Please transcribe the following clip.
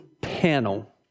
panel